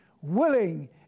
willing